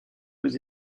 aux